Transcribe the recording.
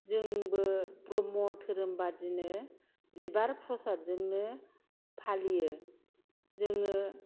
जोंबो ब्रह्म धोरोम बादिनो बिबार प्रसादजोंनो फालियो जोङो